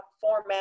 format